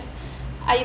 I